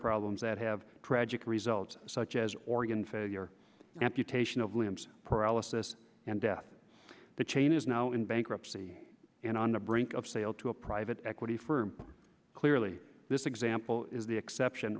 problems that have tragic results such as organ failure amputation of limbs paralysis and death the chain is now in bankruptcy and on the brink of sale to a private equity firm clearly this example is the exception